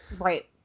Right